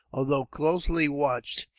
although closely watched,